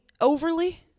overly